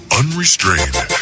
unrestrained